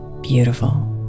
beautiful